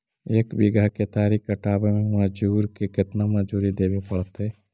एक बिघा केतारी कटबाबे में मजुर के केतना मजुरि देबे पड़तै?